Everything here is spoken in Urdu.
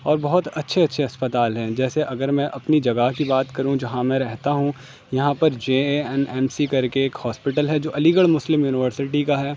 اور بہت اچھے اچھے اسپتال ہیں جیسے اگر میں اپنی جگہ کی بات کروں جہاں میں رہتا ہوں یہاں پر J A N M C کر کے ایک ہاسپٹل ہے جو علی گڑھ مسلم یونیورسٹی کا ہے